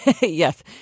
Yes